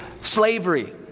slavery